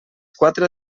quatre